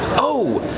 oh,